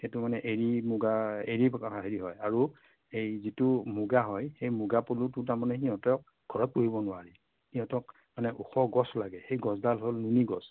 সেইটো মানে এৰী মুগা এৰী মুগা হেৰি হয় আৰু এই যিটো মুগা হয় সেই মুগা পলুটো তাৰমানে সিহঁতক ঘৰত পোহিব নোৱাৰি সিহঁতক মানে ওখ গছ লাগে সেই গছডাল হ'ল নুনিগছ